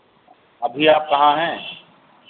अभी आप कहाँ हैं